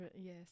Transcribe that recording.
Yes